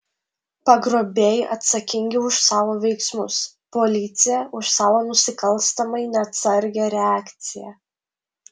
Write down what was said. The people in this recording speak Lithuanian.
pagrobėjai atsakingi už savo veiksmus policija už savo nusikalstamai neatsargią reakciją